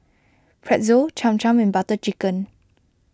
Pretzel Cham Cham and Butter Chicken